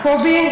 קובי?